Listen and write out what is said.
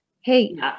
Hey